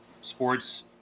Sports